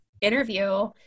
interview